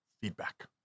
Feedback